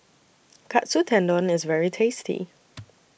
Katsu Tendon IS very tasty